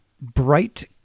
bright